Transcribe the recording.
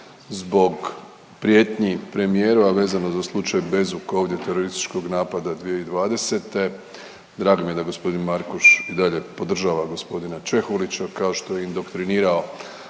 zbog prijetnji premijeru, a vezano za slučaj Bezuk, ovdje terorističkog napada 2020. Drago mi da gospodin Markuš i dalje podržava gospodina Čehulića kao što je indokrinirao